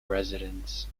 residents